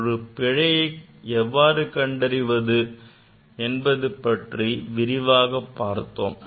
ஒரு பிழையை எவ்வாறு கண்டறிவது என்பது பற்றி விரிவாகப் பார்த்தோம்